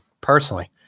personally